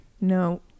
No